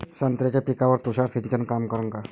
संत्र्याच्या पिकावर तुषार सिंचन काम करन का?